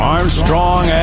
Armstrong